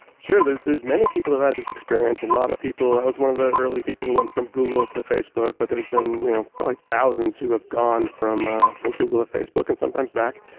sure, there is there is many people who had this experience, a lot of people. i was one of the early people who went from google to facebook but there has been you know probably thousands who have gone from ah from google to facebook and sometimes back.